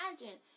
imagine